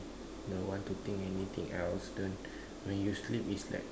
don't want to think anything else don't when you sleep is like